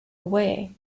away